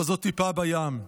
אבל זאת טיפה בים.